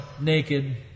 naked